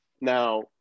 Now